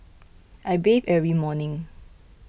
I bathe every morning